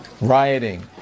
rioting